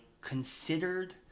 considered